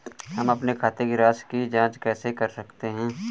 हम अपने खाते की राशि की जाँच कैसे कर सकते हैं?